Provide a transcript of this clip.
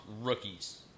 rookies